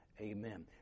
Amen